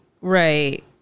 Right